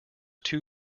two